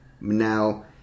Now